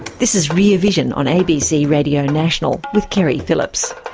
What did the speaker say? this is rear vision on abc radio national, with keri phillips.